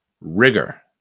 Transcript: rigor